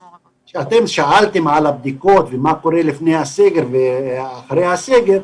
שאלתם על הבדיקות ומה קרה לפני ואחרי הסגר,